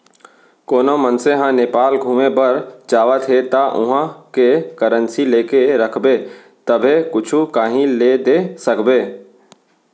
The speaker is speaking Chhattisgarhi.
कोनो मनसे ह नेपाल घुमे बर जावत हे ता उहाँ के करेंसी लेके रखबे तभे कुछु काहीं ले दे सकबे